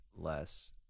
less